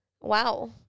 Wow